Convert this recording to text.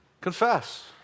Confess